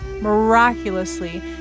miraculously